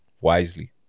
wisely